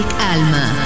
Alma